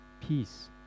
peace